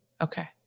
okay